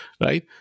right